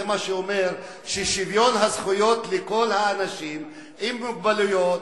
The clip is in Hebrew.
זה מה שאומר שוויון זכויות לכל האנשים עם מוגבלויות,